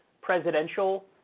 presidential